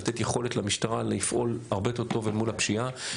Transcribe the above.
לתת יכולת למשטרה לפעול הרבה יותר טוב אל מול הפשיעה.